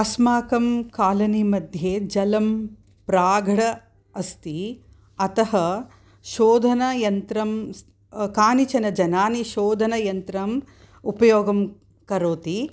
अस्माकं कोलनि मध्ये जलं प्राघड अस्ति अतः शोधनयन्त्रं कानिचन जनानि शोधनयन्त्रं उपयोगं करोति